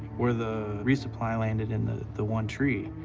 where the resupply landed in the, the one tree.